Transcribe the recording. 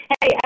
Hey